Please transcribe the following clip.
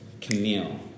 Camille